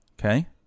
Okay